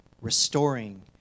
restoring